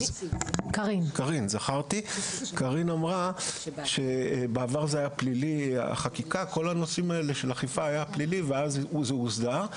קרין אמרה שכל הנושאים של אכיפה היו פלילי ואז זה הוסדר.